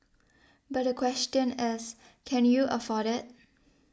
but the question is can you afford it